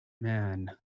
man